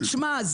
שמע,